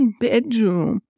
bedroom